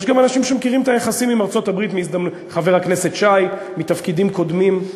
יש גם אנשים שמכירים את היחסים עם ארצות-הברית מתפקידים קודמים,